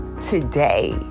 today